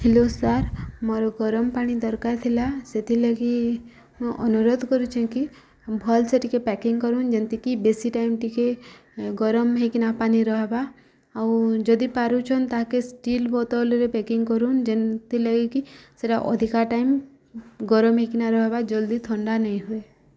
hello sir ମୋର ଗରମ ପାଣି ଦରକାର ଥିଲା ସେଥିଲାଗି ମୁଁ ଅନୁରୋଧ୍ କରୁଚେଁ କି ଭଲ୍ ସେ ଟିକେ ପ୍ୟାକିଂ କରୁନ୍ ଯେନ୍ତିକି ବେଶୀ ଟାଇମ୍ ଟିକେ ଗରମ୍ ହେଇକିନା ପାନି ରହେବା ଆଉ ଯଦି ପାରୁଛନ୍ ତାହାକେ ଷ୍ଟିଲ ବୋତଲରେ ପ୍ୟାକିଂ କରୁନ୍ ଯେନ୍ଥିର ଲାଗି କିି ସେଟା ଅଧିକା ଟାଇମ୍ ଗରମ ହେଇକିନା ରହିବା ଜଲ୍ଦି ଥଣ୍ଡା ନାଇଁ ହୁଏ